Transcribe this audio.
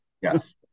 Yes